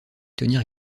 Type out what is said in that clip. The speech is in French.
tenir